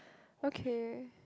okay